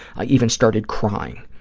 i even started crying.